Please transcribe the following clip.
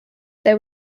there